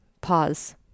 Pause